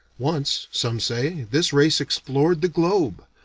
once, some say, this race explored the globe.